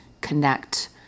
connect